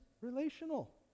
relational